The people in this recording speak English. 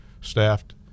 staffed